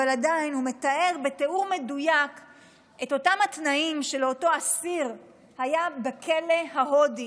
שמתאר בתיאור מדויק את התנאים של אותו אסיר שהיה בכלא ההודי